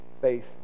faith